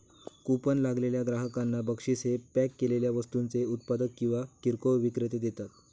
coupon लागलेल्या ग्राहकांना बक्षीस हे पॅक केलेल्या वस्तूंचे उत्पादक किंवा किरकोळ विक्रेते देतात